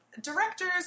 directors